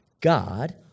God